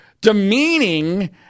demeaning—